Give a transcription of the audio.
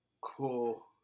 Cool